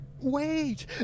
Wait